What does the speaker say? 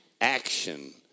action